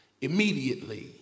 immediately